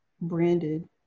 branded